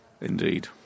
Indeed